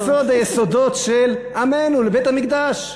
ליסוד היסודות של עמנו, לבית-המקדש?